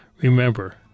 Remember